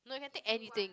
no you can take anything